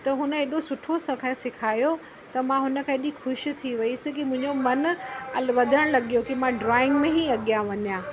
त हुन एॾो सुठो असांखे सिखायो त मां हुन खां एॾी ख़ुशि थी वियसि कि मुंहिंजो मनु अल वधणु लॻियो की मां ड्रॉइंग में ई अॻियां वञा